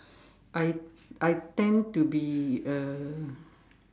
I I tend to be uh